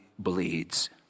bleeds